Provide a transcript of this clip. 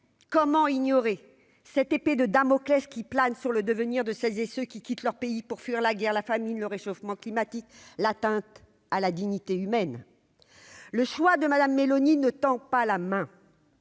comment ignorer cette épée de Damoclès qui plane sur le devenir de celles et ceux qui quittent leur pays pour fuir la guerre, la famine, le réchauffement climatique, l'atteinte à la dignité humaine, le choix de madame Meloni ne tend pas la main.